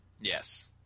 yes